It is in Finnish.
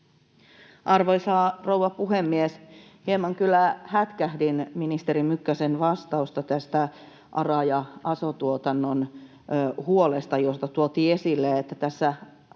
Arvoisa rouva puhemies! Hieman kyllä hätkähdin ministeri Mykkäsen vastausta tästä ARA- ja aso-tuotannon huolesta, josta tuotiin esille, että tässä